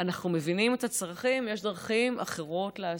אנחנו מבינים את הצרכים, יש דרכים אחרות לעשות.